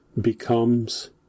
becomes